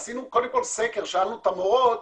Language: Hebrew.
עשינו סקר שאלנו את המורות